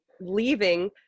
leaving